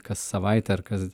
kas savaitę ar kas